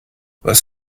was